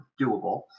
doable